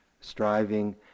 striving